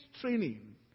training